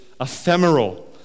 ephemeral